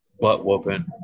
butt-whooping